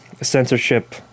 censorship